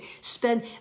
spend